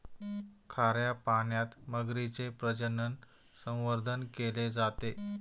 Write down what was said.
खाऱ्या पाण्यात मगरीचे प्रजनन, संवर्धन केले जाते